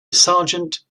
sargent